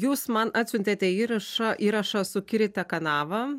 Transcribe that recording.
jūs man atsiuntėte įrašą įrašą su kiri te kanava